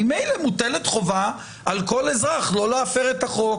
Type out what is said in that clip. ממילא מוטלת חובה על כל אזרח לא להפר את החוק,